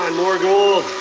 and more gold!